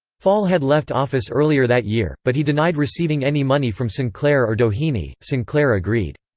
fall had left office earlier that year, but he denied receiving any money from sinclair or doheny sinclair agreed.